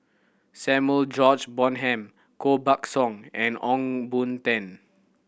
Samuel George Bonham Koh Buck Song and Ong Boon Tan